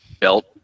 belt